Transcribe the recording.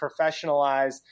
professionalize